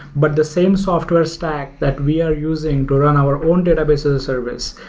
but the same software stack that we are using to run our own database as a service,